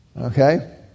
Okay